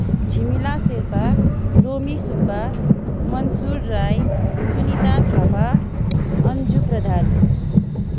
Chhimila Sherpa Romi Subba Mansur Rai Sunita Thapa Anju Pradhan